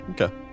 Okay